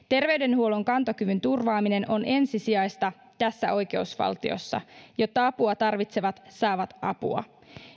terveydenhuollon kantokyvyn turvaaminen on ensisijaista tässä oikeusvaltiossa jotta apua tarvitsevat saavat apua